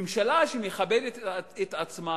ממשלה שמכבדת את עצמה